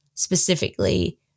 Specifically